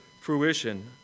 fruition